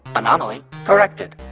anomaly corrected.